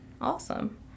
Awesome